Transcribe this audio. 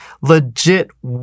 legit